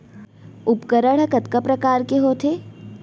उपकरण हा कतका प्रकार के होथे?